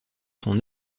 son